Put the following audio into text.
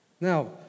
Now